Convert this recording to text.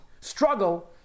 struggle